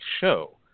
Show